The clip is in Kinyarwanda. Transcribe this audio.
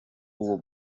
uwo